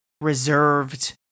reserved